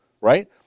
right